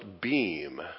beam